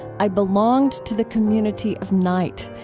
i belonged to the community of night,